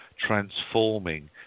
transforming